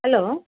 hello